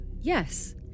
Yes